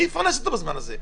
מי יפרנס אותו בזמן הזה?